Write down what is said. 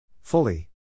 Fully